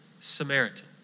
Samaritan